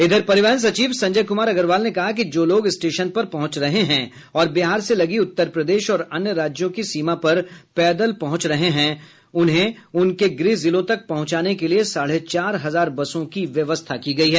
इधर परिवहन सचिव संजय कुमार अग्रवाल ने कहा कि जो लोग स्टेशन पर पहुंच रहे हैं और बिहार से लगी उत्तर प्रदेश और अन्य राज्यों की सीमा पर पैदल पहुंच हैं उन्हें उनके गृह जिलों तक पहुंचाने के लिये साढ़े चार हजार बसों की व्यवस्था की गयी है